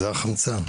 זה החמצן.